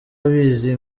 abizi